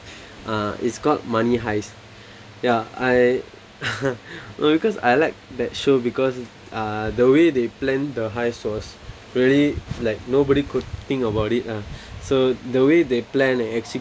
uh it's called money heist ya I well because I like that show because uh the way they plan the heist was very like nobody could think about it ah so the way they plan and